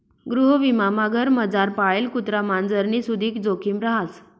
गृहविमामा घरमझार पाळेल कुत्रा मांजरनी सुदीक जोखिम रहास